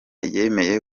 yemeye